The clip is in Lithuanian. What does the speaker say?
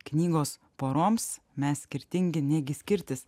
knygos poroms mes skirtingi negi skirtis